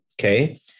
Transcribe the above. Okay